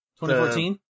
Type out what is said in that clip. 2014